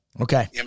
Okay